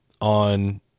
on